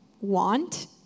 want